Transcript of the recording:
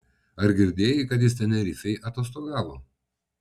ar girdėjai kad jis tenerifėj atostogavo